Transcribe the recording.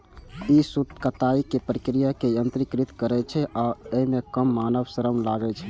ई सूत कताइक प्रक्रिया कें यत्रीकृत करै छै आ अय मे कम मानव श्रम लागै छै